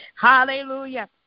Hallelujah